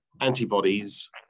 Antibodies